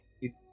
He's-